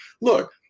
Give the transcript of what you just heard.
Look